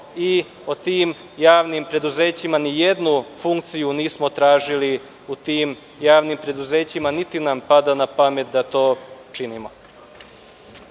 i o tim javnim preduzećima. Ni jednu funkciju nismo tražili u tim javnim preduzećima, niti nam pada na pamet da to činimo. Mi